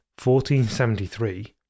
1473